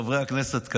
חברי הכנסת,